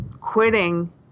quitting